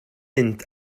mynd